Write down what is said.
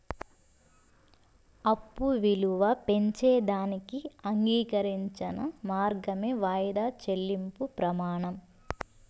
అప్పు ఇలువ పెంచేదానికి అంగీకరించిన మార్గమే వాయిదా చెల్లింపు ప్రమానం